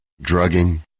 drugging